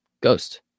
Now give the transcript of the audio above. Ghost